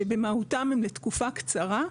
שבמהותן הן לתקופה קצרה,